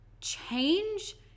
change